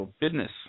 business